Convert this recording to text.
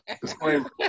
Disclaimer